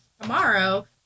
tomorrow